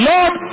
Lord